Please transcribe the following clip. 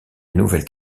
nouvelles